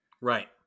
Right